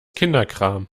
kinderkram